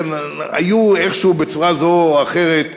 היו איכשהו, בצורה זו או אחרת,